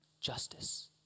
Justice